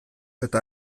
eta